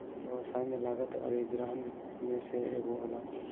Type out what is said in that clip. व्यवसाय में लागत अधिग्रहण में से एगो होला